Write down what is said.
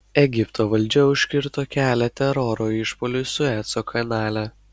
egipto valdžia užkirto kelią teroro išpuoliui sueco kanale